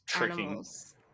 animals